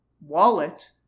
wallet